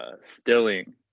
stilling